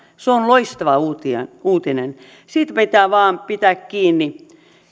se on loistava uutinen uutinen siitä pitää vain pitää kiinni